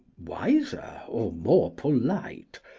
wise, or more polite,